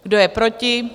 Kdo je proti?